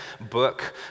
book